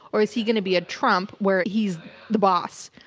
or is he going to be a trump, where he's the boss?